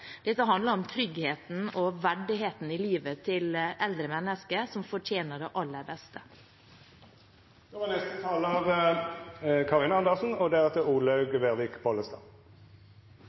Dette handler om tryggheten og verdigheten i livet til eldre mennesker, som fortjener det aller beste. Først vil jeg ta opp forslaget fra SV og